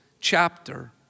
chapter